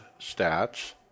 stats